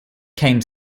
came